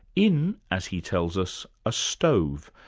in, as he tells us, a stove,